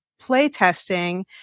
playtesting